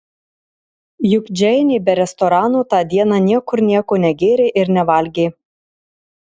juk džeinė be restorano tą dieną niekur nieko negėrė ir nevalgė